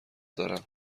دارم